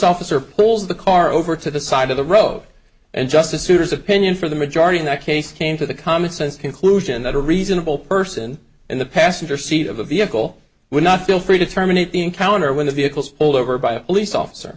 officer pulls the car over to the side of the road and justice souter's opinion for the majority in that case came to the commonsense conclusion that a reasonable person in the passenger seat of a vehicle would not feel free to terminate the encounter when the vehicle pulled over by a police officer